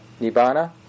Nibbana